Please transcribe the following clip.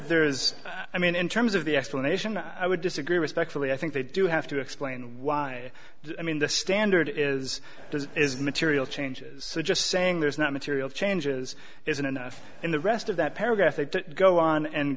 there is i mean in terms of the explanation i would disagree respectfully i think they do have to explain why i mean the standard is is material changes just saying there's not material changes isn't enough in the rest of that paragraph